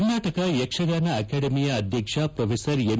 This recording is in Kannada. ಕರ್ನಾಟಕ ಯಕ್ಷಗಾನ ಅಕಾಡೆಮಿಯ ಅಧ್ಯಕ್ಷ ಪ್ರೊ ಎಂ